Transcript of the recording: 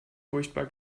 furchtbar